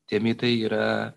tie mitai yra